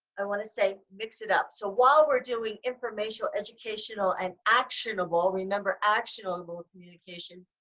i want to say mix it up. so while we're doing informational, educational, and actionable, remember actionable communication,